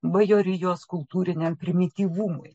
bajorijos kultūriniam primityvumui